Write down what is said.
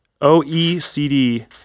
OECD